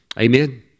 Amen